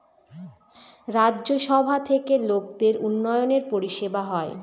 রাজ্য সভা থেকে লোকদের উন্নয়নের পরিষেবা হয়